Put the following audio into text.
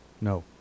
No